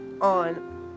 on